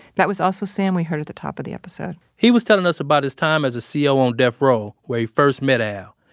that was also sam we heard at the top of the episode he was telling us about his time as a co ah on death row where he first met al.